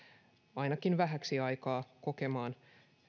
ainakin vähäksi aikaa kokemaan